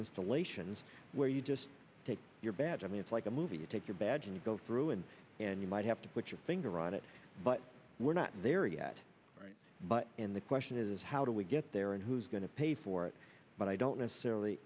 installations where you just take your badge i mean it's like a movie you take your badge and you go through and and you might have to put your finger on it but we're not there yet but and the question is how do we get there and who's going to pay for it but i don't necessarily